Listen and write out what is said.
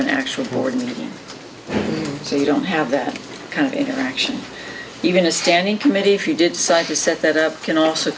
the actual board and so you don't have that kind of interaction even a standing committee if you did side to set that up can also